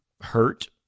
hurt